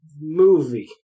movie